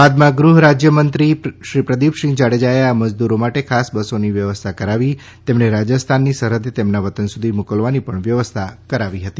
બાદમાં ગૃહ રાજ્યમંત્રી શ્રી પ્રદીપસિંહ જાડેજાએ આ મજદૂરો માટે ખાસ બસોની વ્યવસ્થા કરાવી તેમને રાજસ્થાનની સરહદે તેમના વતન સુધી મોકલવાની પણ વ્યવસ્થા કરાવી હતી